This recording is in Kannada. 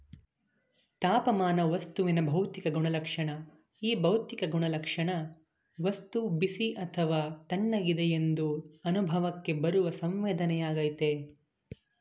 ತಾಪಮಾನ ವಸ್ತುವಿನ ಭೌತಿಕ ಗುಣಲಕ್ಷಣ ಈ ಭೌತಿಕ ಗುಣಲಕ್ಷಣ ವಸ್ತು ಬಿಸಿ ಅಥವಾ ತಣ್ಣಗಿದೆ ಎಂದು ಅನುಭವಕ್ಕೆ ಬರುವ ಸಂವೇದನೆಯಾಗಯ್ತೆ